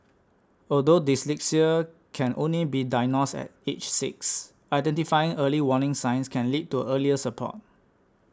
although dyslexia can only be diagnosed at age six identifying early warning signs can lead to earlier support